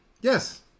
Yes